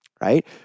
right